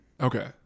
Okay